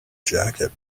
jacket